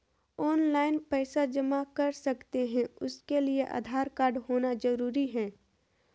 Online पैसा जमा कर सकते हैं उसके लिए आधार कार्ड होना जरूरी है?